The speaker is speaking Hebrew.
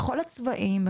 בכל הצבעים,